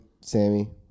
Sammy